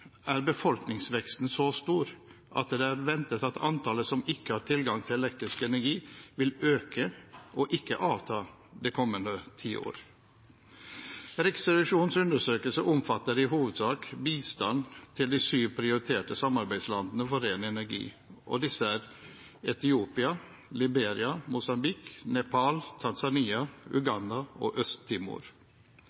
er befolkningsveksten så stor at det er ventet at antallet som ikke har tilgang til elektrisk energi, vil øke og ikke avta de kommende ti år. Riksrevisjonens undersøkelse omfatter i hovedsak bistand til de sju prioriterte samarbeidslandene for ren energi, og disse er Etiopia, Liberia, Mosambik, Nepal, Tanzania, Uganda og